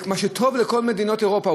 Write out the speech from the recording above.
מה שטוב לכל מדינות אירופה,